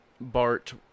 Bart